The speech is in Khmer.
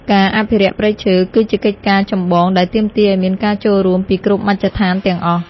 ការអភិរក្សព្រៃឈើ គឺជាកិច្ចការងារចម្បងដែលទាមទារឱ្យមានការចូលរួមពីគ្រប់មជ្ឈដ្ឋានទាំងអស់។